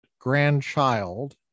grandchild